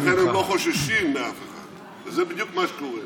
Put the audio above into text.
ולכן הם לא חוששים מאף אחד, וזה בדיוק מה שקורה.